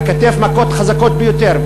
בכתף מכות חזקות ביותר,